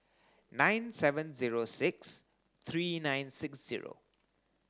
nine seven zero six three nine six zero